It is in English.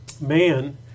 man